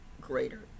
greater